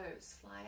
fly